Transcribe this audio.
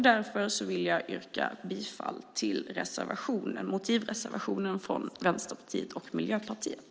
Därför yrkar jag bifall till motivreservationen från Miljöpartiet och Vänsterpartiet.